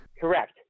Correct